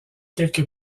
quelque